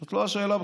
זאת לא השאלה בכלל.